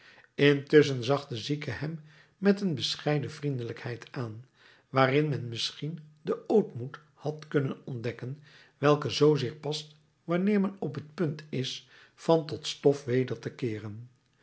intusschen zag de zieke hem met een bescheiden vriendelijkheid aan waarin men misschien den ootmoed had kunnen ontdekken welke zoozeer past wanneer men op t punt is van tot stof weder te keeren